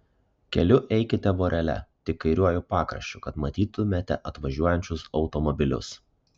keliu eikite vorele tik kairiuoju pakraščiu kad matytumėte atvažiuojančius automobilius